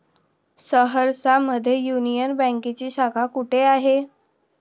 सहरसा मध्ये युनियन बँकेची शाखा कुठे आहे?